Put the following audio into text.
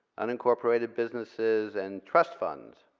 unincorporated businesses, and trust funds.